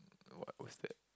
what was that